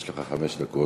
יש לך חמש דקות.